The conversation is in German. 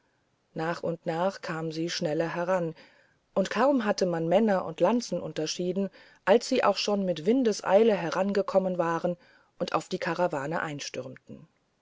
nach und nach kamen sie schneller heran und kaum hatte man männer und lanzen unterschieden als sie auch schon mit windeseile herangekommen waren und auf die karawane